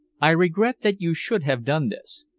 i regret that you should have done this.